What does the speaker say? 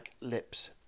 lips